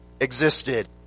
existed